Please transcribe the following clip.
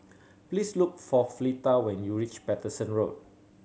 please look for Fleeta when you reach Paterson Road